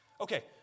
okay